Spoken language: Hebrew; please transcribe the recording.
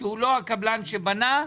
או דירה שהושלמה בנייתה.